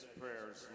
prayers